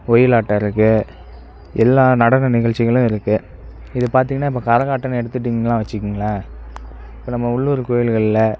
ஒயிலாட்டம் இருக்குது எல்லா நடன நிகழ்ச்சிகளும் இருக்குது இது பார்த்தீங்கன்னா இப்போ கரகாட்டோம்னு எடுத்துகிட்டீங்கனா வச்சுக்கோங்களேன் இப்போ நம்ப உள்ளூர் கோயில்களில்